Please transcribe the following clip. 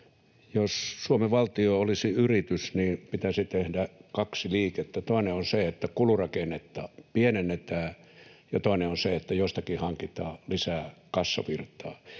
Jos Suomen valtio olisi yritys, niin pitäisi tehdä kaksi liikettä: toinen on se, että kulurakennetta pienennetään, ja toinen on se, että jostakin hankitaan lisää kassavirtaa.